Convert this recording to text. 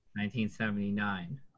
1979